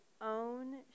own